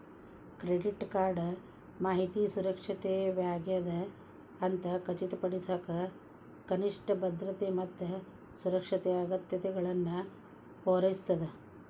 credit card ಮಾಹಿತಿ ಸುರಕ್ಷಿತವಾಗ್ಯದ ಅಂತ ಖಚಿತಪಡಿಸಕ ಕನಿಷ್ಠ ಭದ್ರತೆ ಮತ್ತ ಸುರಕ್ಷತೆ ಅಗತ್ಯತೆಗಳನ್ನ ಪೂರೈಸ್ತದ